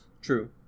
true